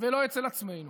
ולא אצל עצמנו.